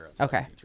Okay